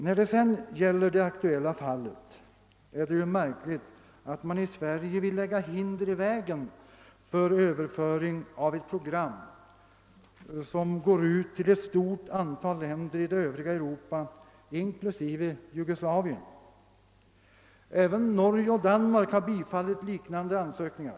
Vad det aktuella fallet beträffar är det märkligt att man i Sverige vill läg ga hinder i vägen för överföring av ett program som sändes ut till ett stort antal länder i det övriga Europa inklusive Jugoslavien. Även Norge och Danmark har bifallit liknande ansökningar.